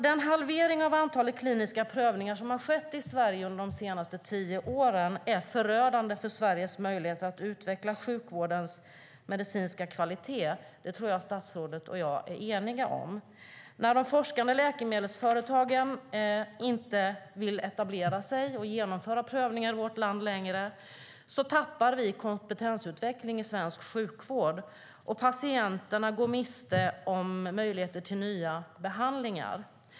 Den halvering av antalet kliniska prövningar som har skett i Sverige under de senaste tio åren är förödande för Sveriges möjligheter att utveckla sjukvårdens medicinska kvalitet. Det tror jag att statsrådet och jag är eniga om. När de forskande läkemedelsföretagen inte vill etablera sig och genomföra prövningar i vårt land längre tappar vi kompetensutveckling i svensk sjukvård, och patienterna går miste om möjligheter till nya behandlingar.